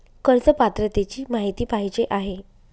कर्ज पात्रतेची माहिती पाहिजे आहे?